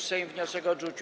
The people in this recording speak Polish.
Sejm wniosek odrzucił.